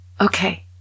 Okay